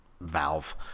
Valve